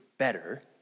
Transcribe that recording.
better